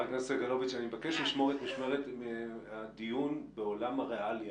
אני מבקש לשמור את הדיון בעולם הראליה.